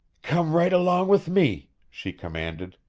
come right along with me! she commanded,